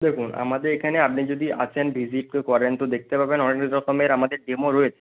দেখুন আমাদের এখানে আপনি যদি আসেন ভিজিট করেন তো দেখতে পাবেন রকমের আমাদের ডেমো রয়েছে